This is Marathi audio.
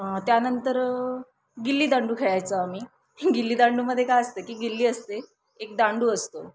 त्यानंतर गिल्लीदांडू खेळायचं आम्ही गिल्लीदांडूमध्ये काय असतं की गिल्ली असते एक दांडू असतो